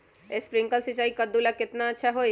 Sprinkler सिंचाई कददु ला केतना अच्छा होई?